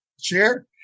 chair